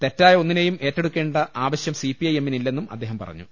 തെറ്റായ ഒന്നിനെയും ഏറ്റെടുക്കേണ്ടെന്ന ആവശ്യം സിപിഐഎമ്മിനില്ലെന്നും അദ്ദേഹം പറഞ്ഞു